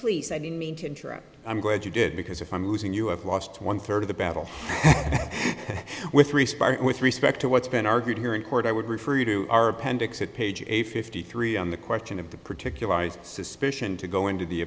please i didn't mean to interrupt i'm glad you did because if i'm losing you have lost one third of the battle with responding with respect to what's been argued here in court i would refer you to page eight fifty three on the question of the particularized suspicion to go into the